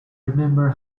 remember